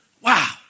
Wow